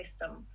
system